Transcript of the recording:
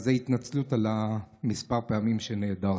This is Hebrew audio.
אז זאת התנצלות על כמה פעמים שנעדרתי.